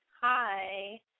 Hi